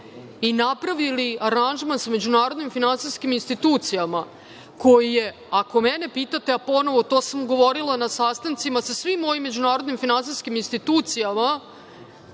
i napravili aranžman sa međunarodnim finansijskim institucijama koji je, ako mene pitate, a ponovo sam govorila to na sastancima, sa svim međunarodnim finansijskim institucijama,